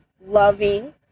loving